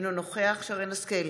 אינו נוכח שרן מרים השכל,